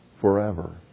forever